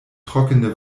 trockene